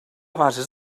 bases